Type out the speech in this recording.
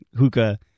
Hookah